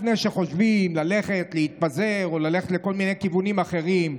לפני שחושבים ללכת להתפזר או ללכת לכל מיני כיוונים אחרים: